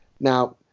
Now